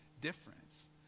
difference